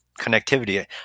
connectivity